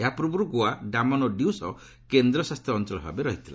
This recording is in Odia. ଏହା ପୂର୍ବରୁ ଗୋଆ ଡାମନ୍ ଓ ଡିଉ ସହ କେନ୍ଦ୍ରଶାସିତ ଅଞ୍ଚଳ ଭାବେ ରହିଥିଲା